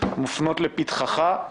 מופנות לפתחך.